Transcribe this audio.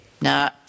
Now